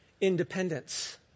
independence